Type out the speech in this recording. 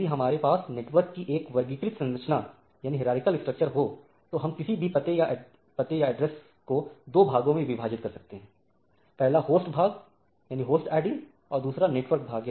यदि हमारे पास नेटवर्क की एक वर्गीकृत संरचना हो तो हम किसी भी पते ऐड्रेस को दो भागों में विभाजित कर सकते हैं पहला होस्ट भाग एवं दूसरा नेटवर्क भाग